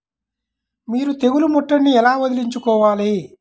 మీరు తెగులు ముట్టడిని ఎలా వదిలించుకోవాలి?